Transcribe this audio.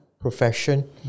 profession